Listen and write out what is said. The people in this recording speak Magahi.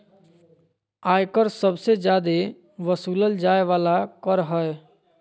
आय कर सबसे जादे वसूलल जाय वाला कर हय